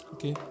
Okay